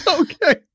Okay